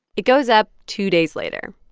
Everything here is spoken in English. it goes up two days later,